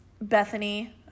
Bethany